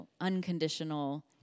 unconditional